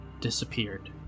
disappeared